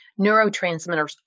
neurotransmitters